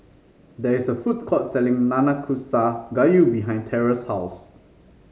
there is a food court selling Nanakusa Gayu behind Terell's house